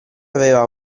aveva